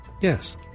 Yes